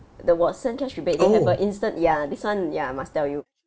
the Watson cash rebate they have a instant ya this one ya I must tell you